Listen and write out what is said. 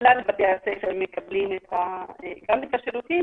כלל בתי הספר מקבלים גם את השירותים,